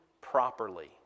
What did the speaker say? properly